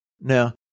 Now